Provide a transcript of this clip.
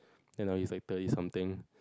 then now he's like thirty something